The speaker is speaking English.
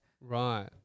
right